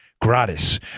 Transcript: gratis